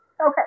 Okay